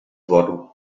what